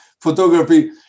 photography